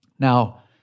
Now